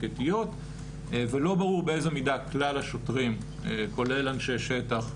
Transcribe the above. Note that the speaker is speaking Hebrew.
ולא ברור באיזה מידה כלל השוטרים כולל אנשי שטח,